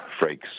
Frakes